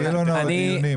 אדוני,